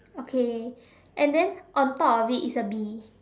okay and then on top of it is a bee